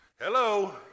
Hello